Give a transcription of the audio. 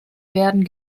werden